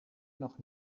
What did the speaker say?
noch